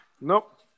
Nope